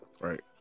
Right